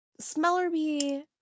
Smellerby